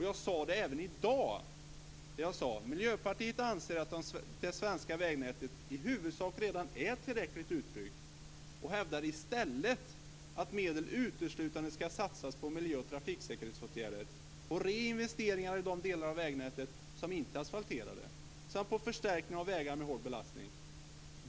Jag sade även i dag att Miljöpartiet anser att det svenska vägnätet i huvudsak redan är tillräckligt utbyggt och hävdar i stället att medel uteslutande ska satsas på miljö och trafiksäkerhetsåtgärder, både investeringar i de delar av vägnätet som inte är asfalterade och förstärkningar av vägar med hård belastning.